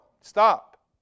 stop